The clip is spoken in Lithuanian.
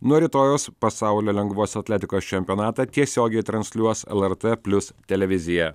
nuo rytojaus pasaulio lengvos atletikos čempionatą tiesiogiai transliuos lrt plius televizija